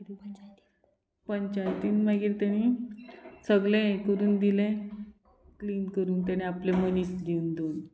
पंचायतीन मागीर तेणी सगळें हें करून दिलें क्लीन करून तेणे आपलें मनीस दिवन दवरून